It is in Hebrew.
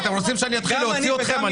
תקשיבו, אתם רוצים שאני אתחיל להוציא אתכם?